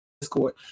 Discord